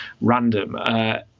random